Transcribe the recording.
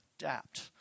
adapt